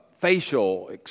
facial